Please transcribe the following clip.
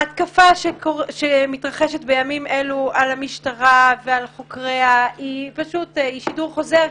ההתקפה שמתרחשת בימים אלו על המשטרה ועל חוקריה היא שידור חוזר.